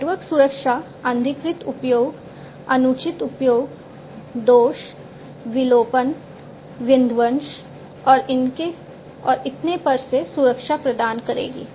network सुरक्षा अनधिकृत उपयोग अनुचित उपयोग दोष विलोपन विध्वंस और इतने पर से सुरक्षा प्रदान करेगी